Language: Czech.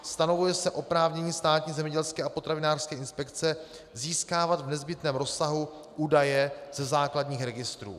Stanovuje se oprávnění Státní zemědělské a potravinářské inspekce získávat v nezbytném rozsahu údaje ze základních registrů.